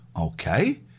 Okay